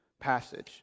passage